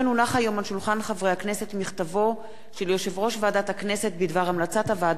מכתבו של יושב-ראש ועדת הכנסת בדבר המלצת הוועדה הציבורית לקביעת